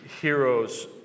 heroes